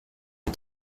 hat